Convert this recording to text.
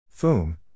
FOOM